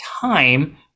time